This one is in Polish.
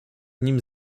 nimi